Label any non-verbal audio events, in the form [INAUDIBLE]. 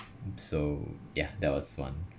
[NOISE] so yeah that was one